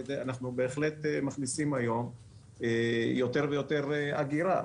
אנחנו בהחלט מכניסים היום יותר ויותר אגירה.